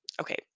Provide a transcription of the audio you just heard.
Okay